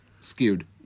Skewed